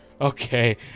Okay